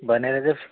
भनेर चाहिँ